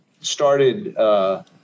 started